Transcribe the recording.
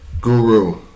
Guru